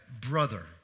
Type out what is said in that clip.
brother